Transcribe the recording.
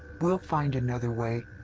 we'll find another way.